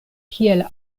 kiel